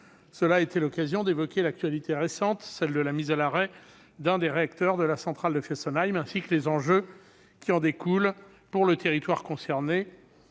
Cela a été l'occasion d'évoquer l'actualité récente, la mise à l'arrêt d'un des réacteurs de la centrale de Fessenheim, ainsi que les enjeux qui en découlent pour le territoire concerné